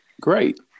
Great